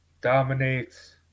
Dominates